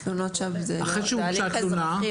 תלונות שווא זה תהליך אזרחי.